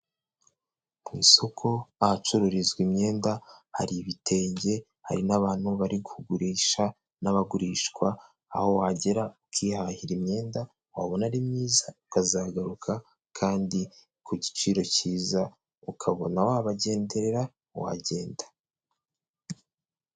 Ku isoko ahacururizwa imyenda hari ibitenge, hari n'abantu bari kugurisha n'abagurishwa, aho wagera ukihahira imyenda wabona ari myiza ukazagaruka, kandi ku giciro cyiza ukabona wabagenderera, wagenda.